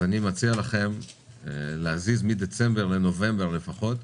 אני מציע לכם להזיז מדצמבר לנובמבר לפחות.